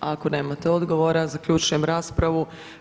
Ako nemate odgvora zaključujem raspravu.